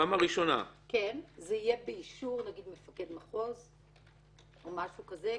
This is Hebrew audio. -- זה יהיה באישור מפקד מחוז או משהו כזה?